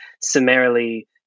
summarily